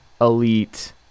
elite